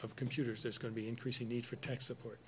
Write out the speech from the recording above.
of computers there's going to be increasing need for tech support